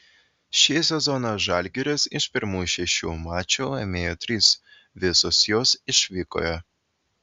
šį sezoną žalgiris iš pirmų šešių mačų laimėjo tris visus juos išvykoje